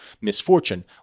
misfortune